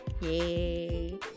yay